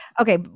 okay